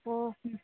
ஓ ம்